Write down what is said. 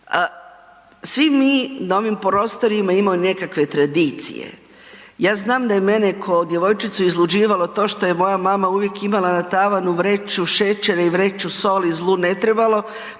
Svi mi na ovim prostorima imamo nekakve tradicije. Ja znam da je mene ko djevojčicu izluđivalo to što je moja mama uvijek imala na tavanu vreću šećera i vreću soli zlu ne trebalo,